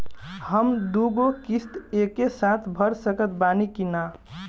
हम दु गो किश्त एके साथ भर सकत बानी की ना?